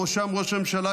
בראשם ראש הממשלה,